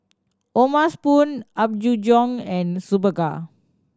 O'ma Spoon Apgujeong and Superga